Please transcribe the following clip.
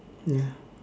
ya